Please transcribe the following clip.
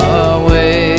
away